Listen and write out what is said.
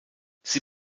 sie